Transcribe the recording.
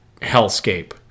hellscape